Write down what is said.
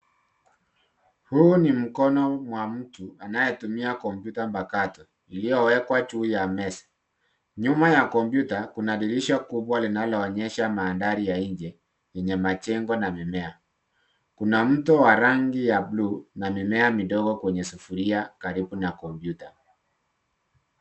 Huu ni mkono wa mtu anayetumia kompyuta mpakato iliyowekwa you ya meza .Nyuma ya kompyuta kuna dirisha kubwa linaloonyesha mandhari ya nje yenye majengo na mimea. Kuna mto wa rangi ya bluu na mimea midogo kwenye sufuria karibu na kompyuta.